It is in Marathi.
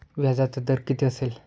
व्याजाचा दर किती असेल?